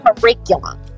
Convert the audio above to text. curriculum